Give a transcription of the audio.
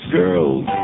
girls